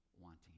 wanting